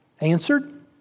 answered